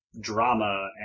drama